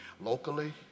locally